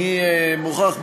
אני מוכרח,